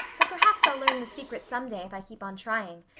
but perhaps i'll learn the secret some day if i keep on trying.